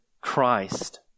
Christ